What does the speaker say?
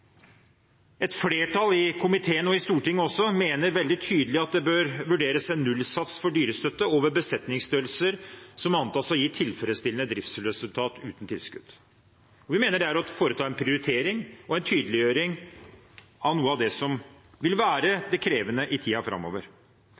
Et flertall i komiteen – og også i Stortinget – mener veldig tydelig at det bør vurderes en nullsats for dyrestøtte over besetningsstørrelser som antas å gi tilfredsstillende driftsresultat uten tilskudd. Vi mener det er å foreta en prioritering og en tydeliggjøring av noe av det som vil være